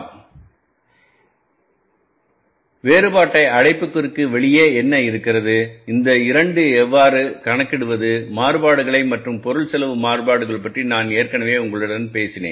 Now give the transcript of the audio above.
என்பதுவேறுபாட்டைஅடைப்புக்குறிக்கு வெளியே என்ன இருக்கிறது இந்த 2எவ்வாறு கணக்கிடுவதுமாறுபாடுகளைமற்றும் பொருள் செலவு மாறுபாடுகள் பற்றி நான் ஏற்கனவே உங்களுடன் பேசினேன்